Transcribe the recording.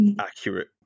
accurate